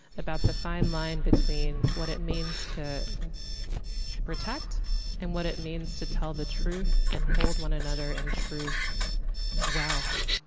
about the fine line between what it means to to protect and what it means to tell the truth and hold one another in truth well,